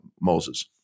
Moses